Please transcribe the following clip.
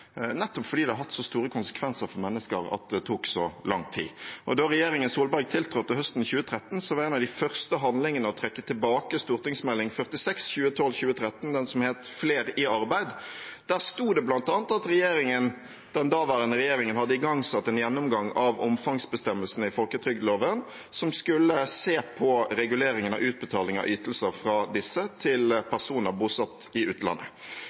nettopp fordi det har hatt så store konsekvenser for mennesker at det tok så lang tid. Da regjeringen Solberg tiltrådte høsten 2013, var en av de første handlingene å trekke tilbake Meld. St. 46 for 2012–2013 – den som het Flere i arbeid. Der sto det bl.a. at den daværende regjeringen hadde igangsatt en gjennomgang av omfangsbestemmelsene i folketrygdloven som skulle se på reguleringen av utbetaling av ytelser fra disse til personer bosatt i utlandet.